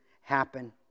happen